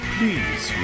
Please